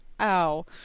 Ow